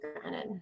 granted